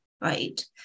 right